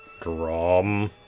Drum